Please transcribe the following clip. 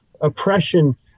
oppression